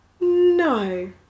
No